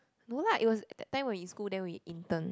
no la it was that time when in school then we intern